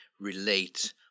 relate